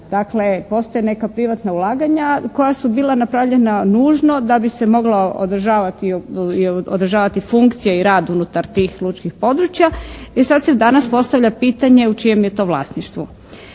Dakle postoje neka privatna ulaganja koja su bila napravljena nužno da bi se moglo održavati funkcija i rad unutar tih lučkih područja i sad se danas postavlja pitanje u čijem je to vlasništvu.